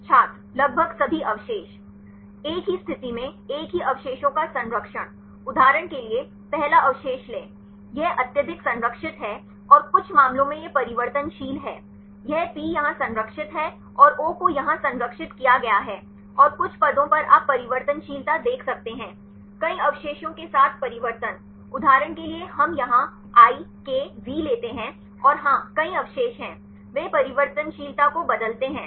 छात्र लगभग सभी अवशेष एक ही स्थिति में एक ही अवशेषों का संरक्षण उदाहरण के लिए पहला अवशेष लें यह अत्यधिक संरक्षित है और कुछ मामलों में यह परिवर्तनशील है यह P यहां संरक्षित है और O को यहां संरक्षित किया गया है और कुछ पदों पर आप परिवर्तनशीलता देख सकते हैं कई अवशेषों के साथ परिवर्तन उदाहरण के लिए हम यहाँ I K V लेते हैं और हाँ कई अवशेष हैं वे परिवर्तनशीलता को बदलते हैं